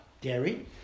dairy